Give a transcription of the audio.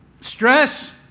stress